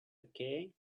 okay